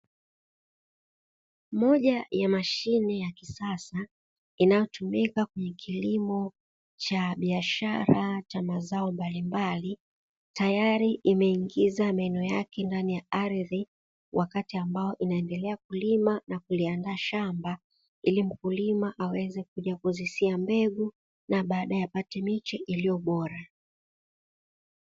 Moja ya mashine ya kisasa inayotumika kwenye kilimo cha biashara cha mazao mbalimbali, tayari imeingiza meno yake ndani ya ardhi wakati ambao inaendelea kulima na kuliandaa shamba ili mkulima aweze kuzisia mbegu na baadae apate miche iliyo bora.